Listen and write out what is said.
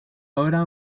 obra